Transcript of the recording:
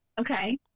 Okay